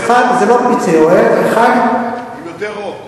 זה לא פצעי אוהב, עם יותר רוך.